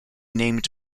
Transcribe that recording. named